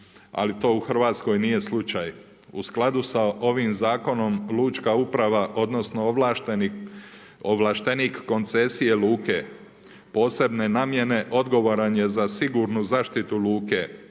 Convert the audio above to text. ali to u Hrvatskoj nije slučaj. U skladu sa ovim zakonom, lučka uprava, odnosno ovlašteni ovlaštenik koncesije luke posebne namjene, odgovoran je za sigurno zaštitu luke,